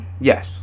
Yes